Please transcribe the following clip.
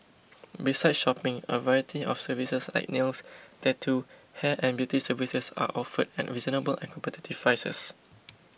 besides shopping a variety of services like nails tattoo hair and beauty services are offered at reasonable and competitive prices